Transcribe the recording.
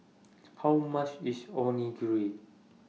How much IS Onigiri